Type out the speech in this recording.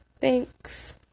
thanks